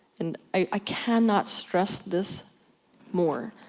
and i cannot stress this more.